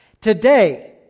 Today